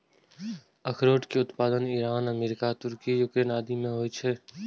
अखरोट के उत्पादन ईरान, अमेरिका, तुर्की, यूक्रेन आदि मे होइ छै